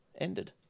ended